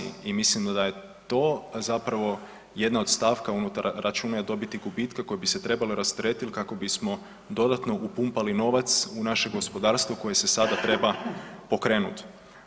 I mislimo da je to zapravo jedna od stavka unutar …/nerazumljivo/… dobiti gubitke koji bi se trebali rasteretiti kako bismo dodatno upumpali novac u naše gospodarstvo koje se sada treba pokrenuti.